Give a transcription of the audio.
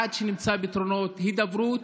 עד שנמצא פתרונות הידברות.